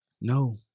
no